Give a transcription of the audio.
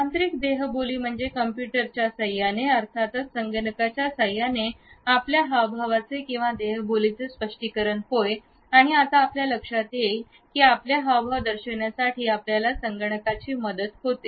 तांत्रिक देहबोली म्हणजे कम्प्युटरच्या सहाय्याने अर्थातच संगणकाच्या साह्याने आपल्या हाव भावाचे किंवा देहबोलीचे स्पष्टीकरण होय आणि आता आपल्या लक्षात येईल की आपले हावभाव दर्शविण्यासाठी आपल्याला संगणकाची मदत होते